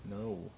No